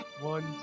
one